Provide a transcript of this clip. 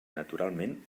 naturalment